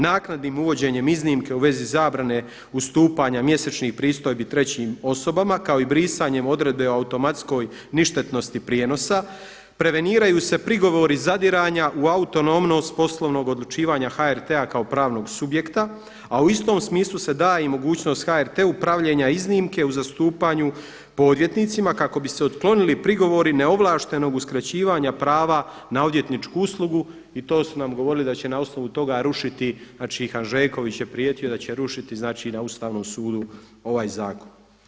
Naknadnim uvođenjem iznimke u vezi zabrane ustupanja mjesečnih pristojbi trećim osobama, kao i brisanjem odredbe o automatskoj ništetnosti prijenosa, preveniraju se prigovori zadiranja u autonomnost poslovnog odlučivanja HRT-a kao pravnog subjekta, a u istom smislu se da i mogućnost HRT-u pravljenja iznimke u zastupanju po odvjetnicima kako bi se otklonili prigovori neovlaštenog uskraćivanja prava na odvjetničku uslugu i to su nam govorili da će na osnovu toga rušiti Hanžeković je prijetio da će rušiti na Ustavnom sudu ovaj zakon.